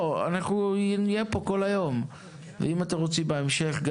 נהיה פה כל היום, ואם אתם רוצים אפשר גם בהמשך.